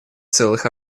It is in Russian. целых